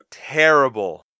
terrible